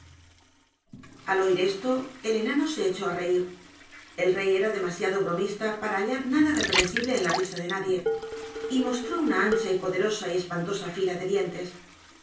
al oir esto el enano se echó á reir el rey era d e m a siado bromista p a r a hallar nada reprensible en la r i s a de nadie y mostró una ancha poderosa y espantosa fila de dientes